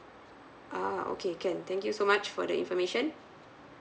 a'ah okay can thank you so much for the information